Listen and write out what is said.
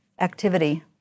activity